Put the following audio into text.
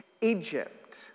Egypt